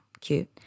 cute